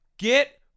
Get